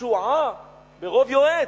ותשועה ברוב יועץ.